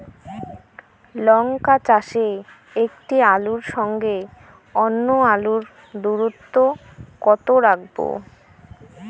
লঙ্কা চাষে একটি আলুর সঙ্গে অন্য আলুর দূরত্ব কত রাখবো?